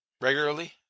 regularly